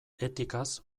etikaz